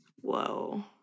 Whoa